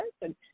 person